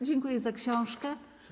Dziękuję za książkę.